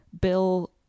Bill